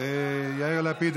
יאיר לפיד,